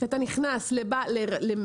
כשאתה נכנס למקרקעין,